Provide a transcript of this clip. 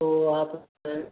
तो आप सर